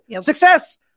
Success